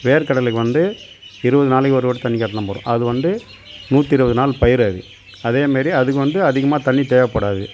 வேர்கடலைக்கு வந்து இருபது நாளைக்கு ஒரு வாட்டி தண்ணி காட்டினா போரும் அது வந்து நூற்றி இருபது நாள் பயிர் அது அதேமாரி அதுக்கு வந்து அதிகமாக தண்ணி தேவை படாது